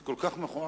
זה כל כך מכוער.